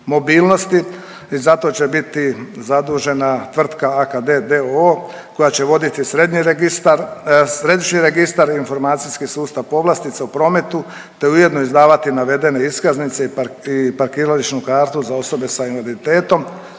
mobilnosti i za to će biti zadužena tvrtka AKD d.o.o. koja će voditi središnji registar i informacijski sustav povlastica u prometu, te ujedno izdavati navedene iskaznice i parkirališnu kartu za osobe sa invaliditetom